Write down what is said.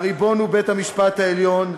הריבון הוא בית-המשפט העליון,